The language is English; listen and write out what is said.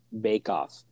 bake-off